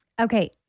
Okay